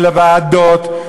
של הוועדות,